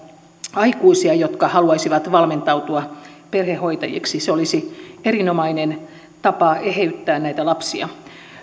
aikuisia jotka haluaisivat valmentautua perhehoitajiksi se olisi erinomainen tapa eheyttää näitä lapsia